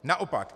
Naopak.